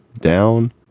down